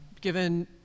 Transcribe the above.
given